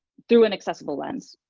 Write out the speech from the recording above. through an accessible lens.